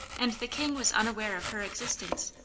and the king was unaware of her existence.